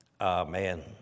Amen